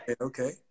okay